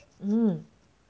mm